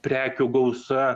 prekių gausa